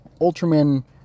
Ultraman